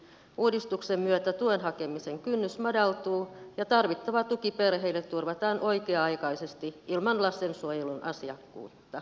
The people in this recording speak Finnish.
uudistuksen myötä tuen hakemisen kynnys madaltuu ja tarvittava tuki perheille turvataan oikea aikaisesti ilman lastensuojelun asiakkuutta